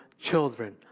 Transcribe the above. children